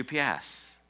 UPS